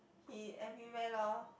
he everywhere loh